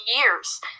years